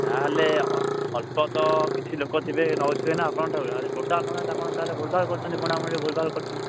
ଯାହା ହେଲେ ଅଳ୍ପ ତ କିଛି ଲୋକ ଥିବେ ତ ନେଉଥିବେ ନା ଆପଣଙ୍କଠୁ ଆଉ ଯଦି ଟୋଟାଲ ନେଉ ନାହାନ୍ତି ଆପଣ ତା'ହେଲେ ଭୁଲଭାଲ କରୁଛନ୍ତି ବୁଣାବୁଣିରେ ଭୁଲଭାଲ କରୁଛନ୍ତି